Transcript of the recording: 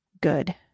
good